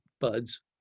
buds